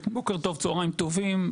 בוקר טוב, צהרים טובים.